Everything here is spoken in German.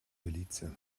belize